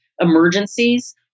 emergencies